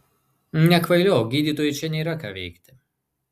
nekvailiok gydytojui čia nėra ką veikti